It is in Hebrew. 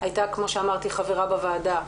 שהייתה חברה בוועדה.